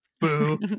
boo